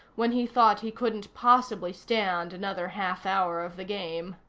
when he thought he couldn't possibly stand another half hour of the game.